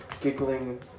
giggling